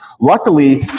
Luckily